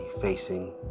facing